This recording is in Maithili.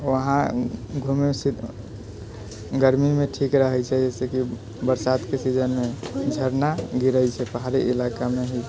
वहाँ घुमै गर्मीमे ठीक रहै छै जैसे कि बरसातके सीजनमे झरना गिरै छै पहाड़ी इलाकामे